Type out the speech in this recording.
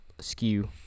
Skew